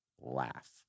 laugh